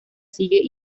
sigue